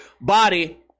body